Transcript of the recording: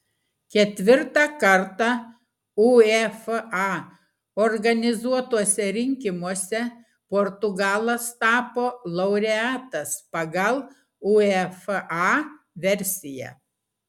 ketvirtą kartą uefa organizuotuose rinkimuose portugalas tapo laureatas pagal uefa versiją